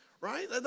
right